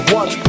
one